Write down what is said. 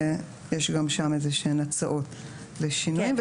וגם שם יש איזשהן הצעות לשינוי.